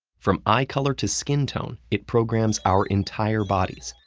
from eye color to skin tone, it programs our entire bodies.